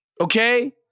Okay